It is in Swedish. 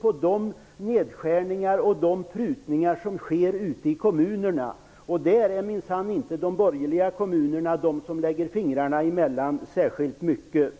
på de nedskärningar och prutningar som sker ute i kommunerna. Och de borgerliga kommunerna är minsann inte de kommuner som lägger fingarna emellan särskilt mycket.